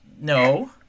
No